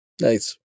Nice